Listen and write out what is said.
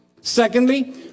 Secondly